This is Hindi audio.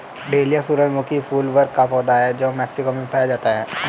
डेलिया सूरजमुखी फूल वर्ग का पौधा है जो मेक्सिको में पाया जाता है